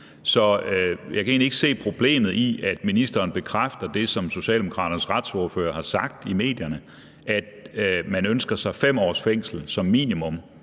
så jeg kan egentlig ikke se problemet i, at ministeren bekræfter det, som Socialdemokraternes retsordfører har sagt i medierne, nemlig at man ønsker en straf på 5 års fængsel, som minimum,